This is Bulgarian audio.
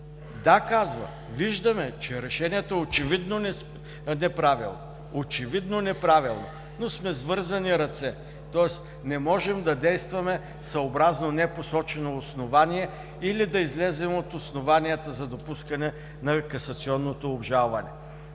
са неправилни, очевидно неправилни, но сме с вързани ръце“. Тоест не можем да действаме съобразно непосочено основание или да излезем от основанията за допускане на касационното обжалване.